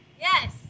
yes